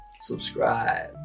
subscribe